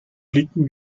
blicken